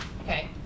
okay